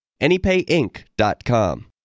AnyPayInc.com